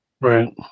Right